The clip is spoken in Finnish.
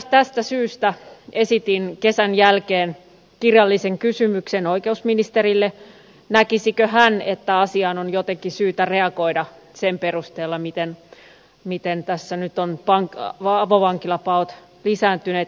tästä syystä esitin kesän jälkeen kirjallisen kysymyksen oikeusministerille näkisikö hän että asiaan on jotenkin syytä reagoida sen perusteella miten tässä avovankilapaot ovat lisääntyneet